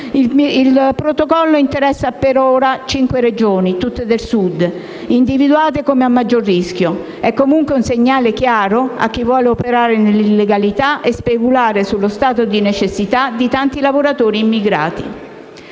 Il protocollo interessa per ora cinque Regioni (tutte al Sud), individuate come a maggior rischio: è, comunque, un segnale chiaro a chi vuole operare nell'illegalità e speculare sullo stato di necessità di tanti lavoratori immigrati.